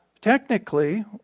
technically